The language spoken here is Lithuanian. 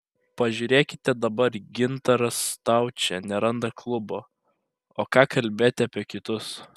pažiūrėkite dabar gintaras staučė neranda klubo o ką kalbėti apie kitus